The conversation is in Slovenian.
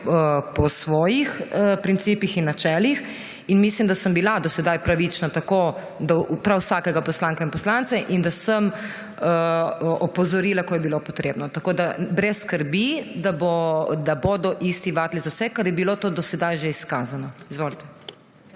po svojih principih in načelih. Mislim, da sem bila do sedaj pravična do prav vsakega poslanca in poslanke in da sem opozorila, ko je bilo potrebno. Tako da brez skrbi, bodo isti vatli za vse, ker je bilo to do sedaj že izkazano. Izvolite.